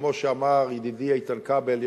שכמו שאמר ידידי חבר הכנסת איתן כבל,